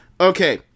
Okay